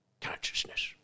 consciousness